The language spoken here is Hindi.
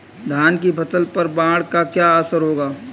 धान की फसल पर बाढ़ का क्या असर होगा?